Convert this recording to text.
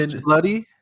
bloody